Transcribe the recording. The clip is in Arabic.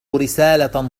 رسالة